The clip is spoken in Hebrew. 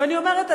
ואני אומרת,